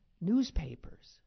Newspapers